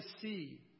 see